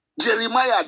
Jeremiah